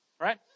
right